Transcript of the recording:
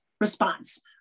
response